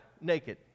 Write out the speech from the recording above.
naked